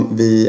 vi